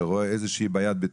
שרואה איזושהי בעיית בטיחות,